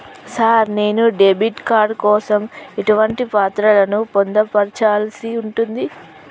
Sir నేను debit card కోసం ఎటువంటి పత్రాలను పొందుపర్చాల్సి ఉంటది?